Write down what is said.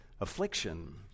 affliction